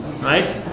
Right